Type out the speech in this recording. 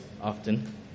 often